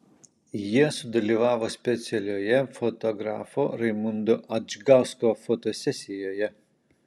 jie sudalyvavo specialioje fotografo raimundo adžgausko fotosesijoje